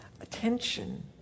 attention